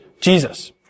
Jesus